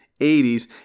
80s